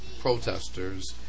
Protesters